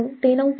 9 ते 9